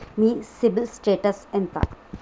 మీ CIBIL status ఎంత?